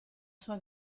sua